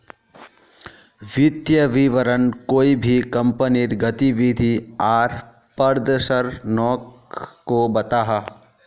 वित्तिय विवरण कोए भी कंपनीर गतिविधि आर प्रदर्शनोक को बताहा